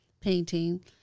painting